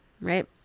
right